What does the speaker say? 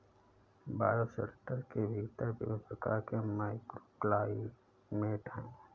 bioshelter के भीतर विभिन्न प्रकार के माइक्रोक्लाइमेट हैं